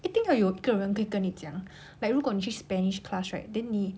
一定要有一个人可以跟你讲 like 如果你去 spanish class right then 你